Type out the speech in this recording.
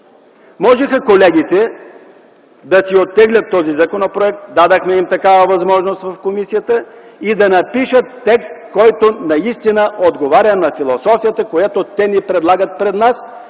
Можеха колегите да си оттеглят този законопроект – дадохме им такава възможност в комисията, и да напишат текст, който наистина отговаря на философията, която те предлагат пред нас.